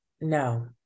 no